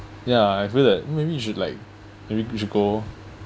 ya I feel that maybe you should like maybe you should go